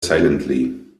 silently